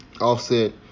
Offset